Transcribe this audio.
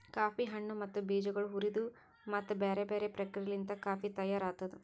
coffee ಹಣ್ಣು ಮತ್ತ ಬೀಜಗೊಳ್ ಹುರಿದು ಮತ್ತ ಬ್ಯಾರೆ ಬ್ಯಾರೆ ಪ್ರಕ್ರಿಯೆಲಿಂತ್ ಕಾಫಿ ತೈಯಾರ್ ಆತ್ತುದ್